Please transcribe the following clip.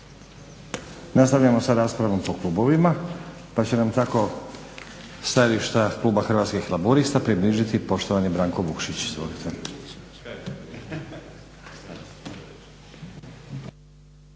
Nastavljamo sa raspravom po klubovima, pa će nam tako stajališta kluba Hrvatskih laburista približiti poštovani Branko Vukšić. Izvolite.